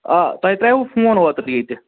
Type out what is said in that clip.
آ تۄہہِ ترٛایاوٕ فون اوترٕ ییٚتہِ